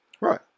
Right